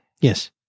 Yes